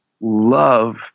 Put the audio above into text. love